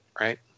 Right